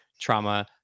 trauma